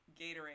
Gatorade